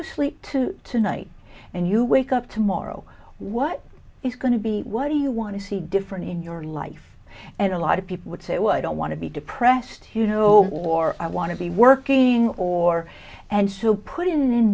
to sleep to tonight and you wake up tomorrow what is going to be what do you want to see different in your life and a lot of people would say was i don't want to be depressed you know or i want to be working or and so put in